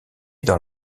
dans